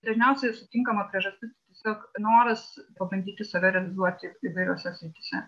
dažniausiai sutinkama priežastis tiesiog noras pabandyti save realizuoti įvairiose srityse